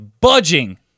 budging